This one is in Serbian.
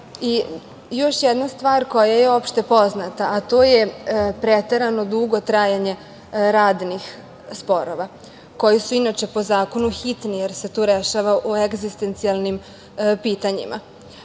jedna stvar koja je opštepoznata, a to je preterano dugo trajanje radnih sporova koji su inače po zakonu hitni, jer se tu rešava o egzistencijalnim pitanjima